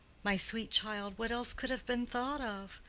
my sweet child, what else could have been thought of?